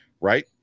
Right